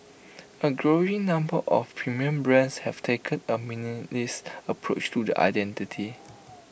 A growing number of premium brands have taken A minimalist approach to the identity